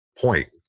point